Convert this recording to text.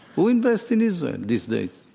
who invests in israel these days?